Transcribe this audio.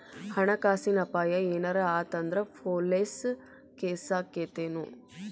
ಹಣ ಕಾಸಿನ್ ಅಪಾಯಾ ಏನರ ಆತ್ ಅಂದ್ರ ಪೊಲೇಸ್ ಕೇಸಾಕ್ಕೇತೆನು?